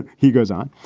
he goes on.